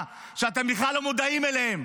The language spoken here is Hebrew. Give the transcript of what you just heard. שאתם בכלל לא מודעים אליהם.